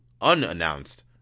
unannounced